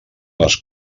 les